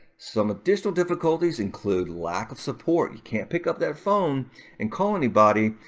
some additional difficulties include lack of support. you can't pick up that phone and call anybody,